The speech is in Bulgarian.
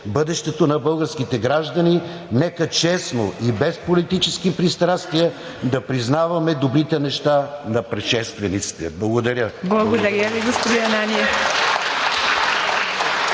бъдещето на българските граждани, нека честно и без политически пристрастия да признаваме добрите неща на предшествениците. Благодаря. (Ръкопляскания